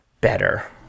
better